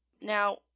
Now